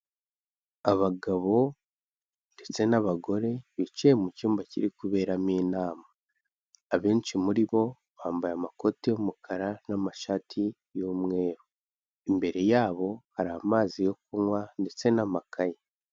Abagabo ndetse n'abagore bicaye mu cyumba kiri kuberamo inama, abenshi muri bo bambaye amakoti y'umukara n'amashati y'umweru, imbere yabo hari amazi yo kunywa ndetse n'amakaye.